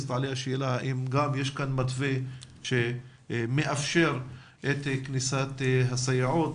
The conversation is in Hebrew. עולה השאלה האם יש כאן מתווה שמאפשר כניסת סייעות,